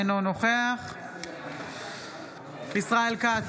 אינו נוכח ישראל כץ,